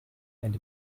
and